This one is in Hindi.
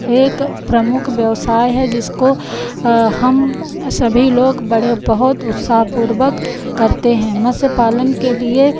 एक प्रमुख व्यवसाय है जिसको हम सभी लोग बड़े बहुत उत्साह पूर्वक करते हैं मत्स्य पालन के लिए